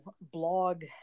blog